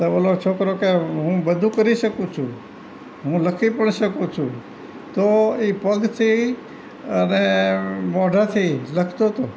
તો ઓલો છોકરો કે હું બધું કરી શકું છું હું લખી પણ શકું છું તો એ પગથી અને મોઢાથી લખતો હતો